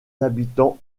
habitants